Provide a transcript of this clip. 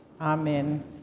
Amen